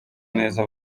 neza